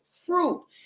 fruit